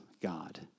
God